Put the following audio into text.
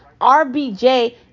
RBJ